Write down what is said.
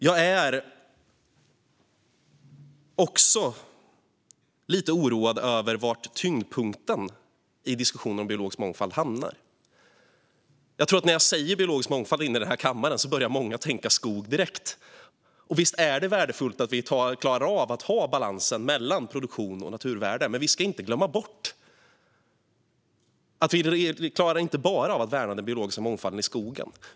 Jag är också lite oroad över var tyngdpunkten i diskussionen om biologisk mångfald hamnar. När jag säger biologisk mångfald i den här kammaren börjar många direkt tänka skog. Visst är det värdefullt att vi klarar av att ha balansen mellan produktion och naturvärden. Men vi får inte glömma bort att vi inte bara ska klara av att värna den biologiska mångfalden i skogen.